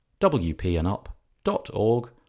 wpandup.org